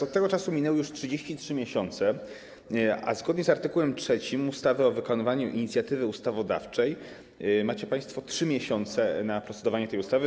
Od tego czasu minęły już 33 miesiące, a zgodnie z art. 13 ustawy o wykonywaniu inicjatywy ustawodawczej mają państwo 3 miesiące na procedowanie nad tą ustawą.